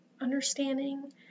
understanding